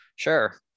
Sure